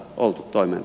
so what